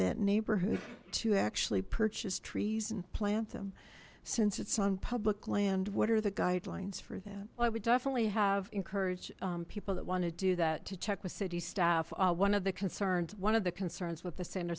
that neighborhood to actually purchase trees and plant them since it's on public land what are the guidelines for them i would definitely have encouraged people that want to do that to check with city staff one of the concerns one of the concerns with the sander